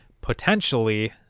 potentially